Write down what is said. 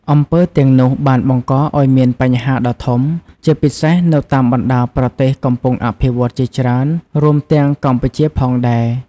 អំពើទាំងនោះបានបង្កឲ្យមានបញ្ហាដ៏ធំ ជាពិសេសនៅតាមបណ្ដាប្រទេសកំពុងអភិវឌ្ឍន៍ជាច្រើន រួមទាំងកម្ពុជាផងដែរ។